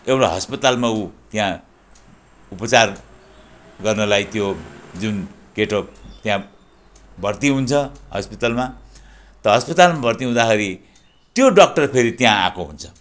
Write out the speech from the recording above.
एउटा अस्पतालमा ऊ त्यहाँ उपचार गर्नलाई त्यो जुन केटो त्यहाँ भर्ती हुन्छ अस्पतालमा त अस्पतालमा भर्ती हुँदाखेरि त्यो डक्टर फेरि त्यहाँ आएको हुन्छ